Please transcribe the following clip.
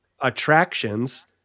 attractions